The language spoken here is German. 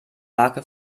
marke